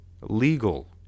legal